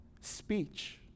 Speech